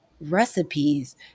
recipes